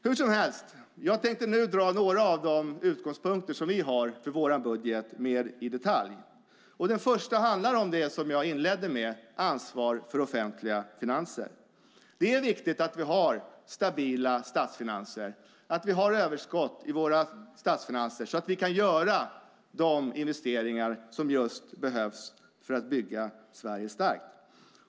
Hur som helst tänkte jag nu dra några av de utgångspunkter som vi har för vår budget mer i detalj. Det första handlar om det som jag inledde med, ansvar för offentliga finanser. Det är viktigt att vi har stabila statsfinanser, att vi har överskott i våra statsfinanser så att vi kan göra de investeringar som behövs just för att bygga Sverige starkt.